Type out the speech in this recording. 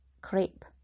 crepe